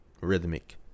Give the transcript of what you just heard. Rhythmic